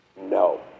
No